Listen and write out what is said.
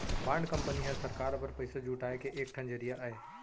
bond company हर सरकार बर पइसा जुटाए के एक ठन जरिया अय